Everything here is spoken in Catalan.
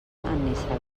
nissaga